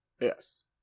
yes